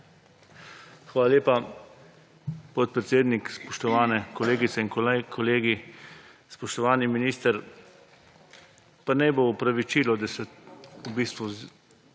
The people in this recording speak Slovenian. Hvala lepa, podpredsednik. Spoštovane kolegice in kolegi, spoštovani minister! Pa naj bo opravičilo, da se v bistvu zjutraj